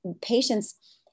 patients